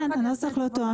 כל אחד יעשה את תפקידו.